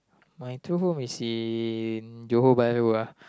my true home is in johor-bahru ah